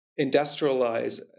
industrialize